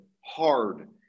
hard